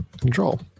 control